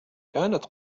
كانت